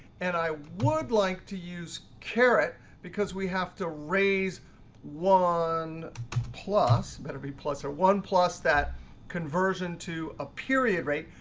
and i would like to use carrot because we have to raise one plus better be plus r one plus that conversion to a period rate.